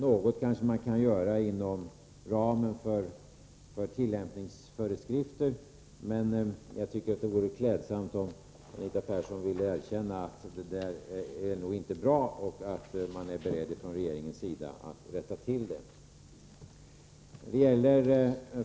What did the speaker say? Något kanske man kan göra inom ramen för tillämpningsföreskrifter, men det vore klädsamt om Anita Persson ville erkänna att det nuvarande systemet inte är bra och att regeringen är beredd att rätta till det.